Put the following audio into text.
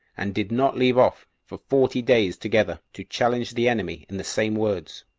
and did not leave off for forty days together, to challenge the enemy in the same words,